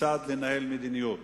כיצד לנהל מדיניות